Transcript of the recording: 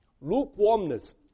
Lukewarmness